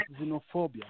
xenophobia